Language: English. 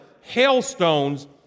hailstones